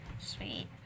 Sweet